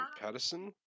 Patterson